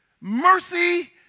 mercy